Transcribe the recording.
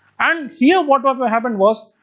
and here what but happened was,